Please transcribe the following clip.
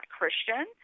Christian